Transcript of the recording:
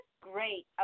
great